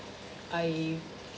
I